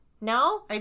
No